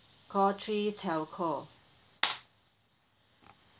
call three telco